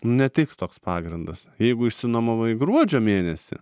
netiks toks pagrindas jeigu išsinuomavai gruodžio mėnesį